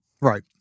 Right